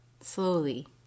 Slowly